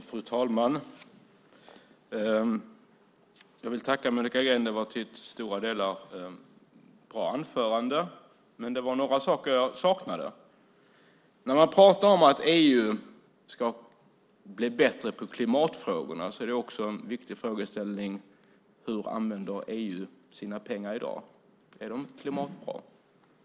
Fru talman! Jag vill tacka Monica Green. Det var till stora delar ett bra anförande, men det var några saker jag saknade. När man pratar om att EU ska bli bättre på klimatfrågorna är det också viktigt att fråga hur EU använder sina pengar i dag. Är de klimatbra?